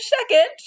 second